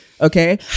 Okay